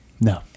no